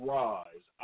rise